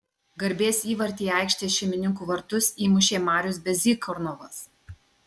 garbės įvartį į aikštės šeimininkų vartus įmušė marius bezykornovas